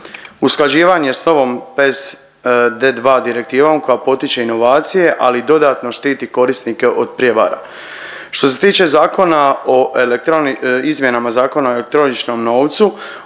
Usklađivanje s novog PEZ D2 direktivom koja potiče inovacija ali i dodatno štiti korisnike od prijevara. Što se tiče zakona o izmjenama Zakona o elektroničnom novcu,